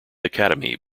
academy